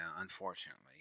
unfortunately